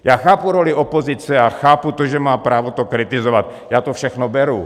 Já chápu roli opozice a chápu to, že má právo to kritizovat, já to všechno beru.